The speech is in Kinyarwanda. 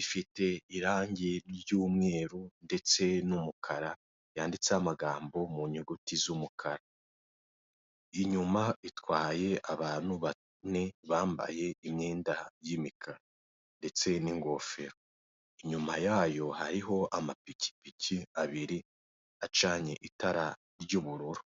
ifite irange ry'umweru ndetse n'umukara yanditseho amagambo mu nyuguti z'umukara, inyuma itwaye abantu bane bambaye imyenda y'imikara ndetse n'ingofero, inyuma yayo hariho amapikipiki abiri acanye itara ry'ubururu.